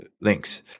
links